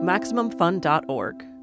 MaximumFun.org